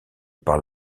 par